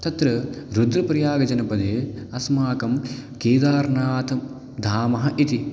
तत्र रुद्रप्रयागजनपदे अस्माकं केदारनाथधामः इति